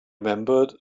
remembered